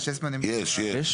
יש יש זמנים, יש.